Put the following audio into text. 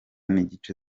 n’igice